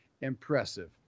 impressive